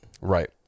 Right